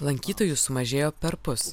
lankytojų sumažėjo perpus